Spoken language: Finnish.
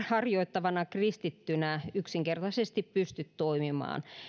harjoittavana kristittynä yksinkertaisesti pysty toimimaan